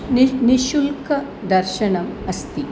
निश्शुल्क दर्शनम् अस्ति